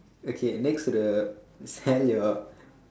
okay next to the sell your